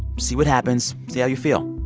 see what happens. see how you feel.